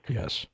yes